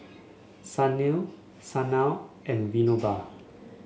Sunil Sanal and Vinoba